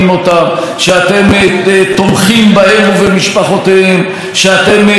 שאתם תומכים במתן מימון להם ונאבקים על תנאיהם וכן הלאה.